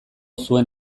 zuen